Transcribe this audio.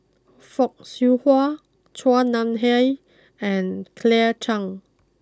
Fock Siew Wah Chua Nam Hai and Claire Chiang